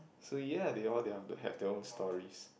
so ya they all they all have their own stories